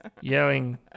Yelling